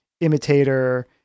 imitator